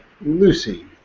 Lucy